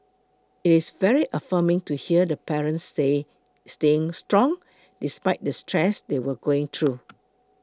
it is very affirming to hear the parents say staying strong despite the stress they were going through